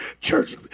church